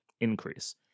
increase